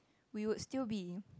we would still be